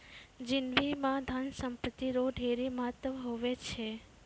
जिनगी म धन संपत्ति रो ढेरी महत्व हुवै छै